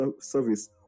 service